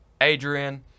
Adrian